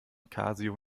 casio